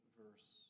verse